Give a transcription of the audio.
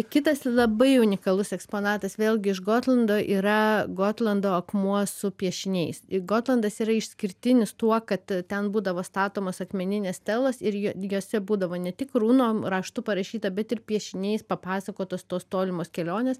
kitas labai unikalus eksponatas vėlgi iš gotlando yra gotlando akmuo su piešiniais gotlandas yra išskirtinis tuo kad ten būdavo statomos akmeninės stelos ir jose būdavo ne tik runom raštu parašyta bet ir piešiniais papasakotos tos tolimos kelionės